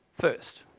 first